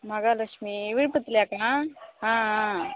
மகாலட்சுமி விழுப்புரத்துலயாக்கா ஆ ஆ